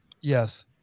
yes